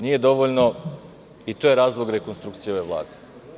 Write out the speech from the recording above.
Nije dovoljno i to je razlog rekonstrukcije ove Vlade.